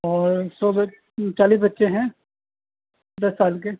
اور اس وقت چالیس بچے ہیں دس سال کے